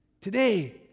Today